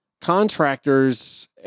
contractors